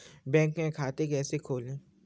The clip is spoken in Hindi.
बैंक में खाता कैसे खोलें?